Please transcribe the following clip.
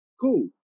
Cool